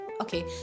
okay